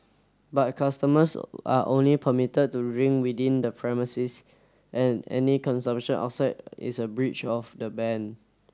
but customers are only permitted to drink within the premises and any consumption outside is a breach of the ban